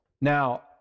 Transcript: Now